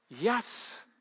yes